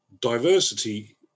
Diversity